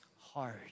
hard